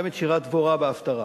גם את "שירת דבורה" בהפטרה,